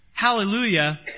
hallelujah